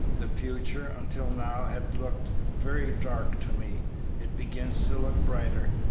the future, until now, has looked very dark to me it begins to look brighter.